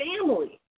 family